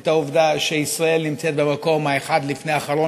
את העובדה שישראל נמצאת במקום האחד לפני האחרון